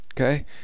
okay